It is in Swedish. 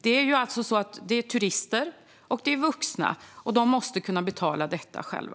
Det är alltså turister, och det är vuxna. De måste kunna betala detta själva.